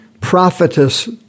prophetess